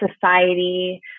society